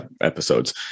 episodes